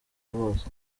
bose